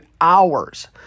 hours